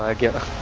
ah get up